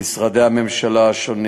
משרדי הממשלה השונים